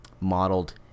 modeled